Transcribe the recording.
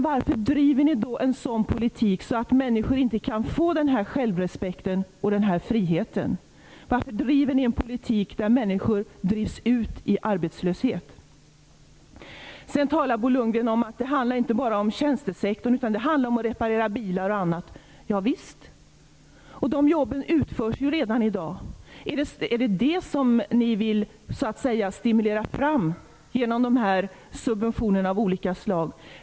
Varför driver ni då en sådan politik som gör att människor inte kan få självrespekt och frihet? Varför driver ni en politik där människor drivs ut i arbetslöshet? Bo Lundgren talar om att det inte bara handlar om tjänstesektorn, utan det handlar också om sådant som att reparera bilar och annat. Ja visst, de jobben utförs redan i dag. Är det detta som ni vill stimulera fram genom subventioner av olika slag?